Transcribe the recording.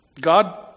God